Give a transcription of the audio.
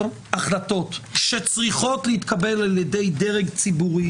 החלטות שצריכות להתקבל על ידי דרג ציבורי,